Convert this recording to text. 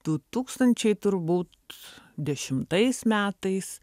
du tūkstančiai turbūt dešimtais metais